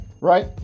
Right